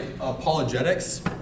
apologetics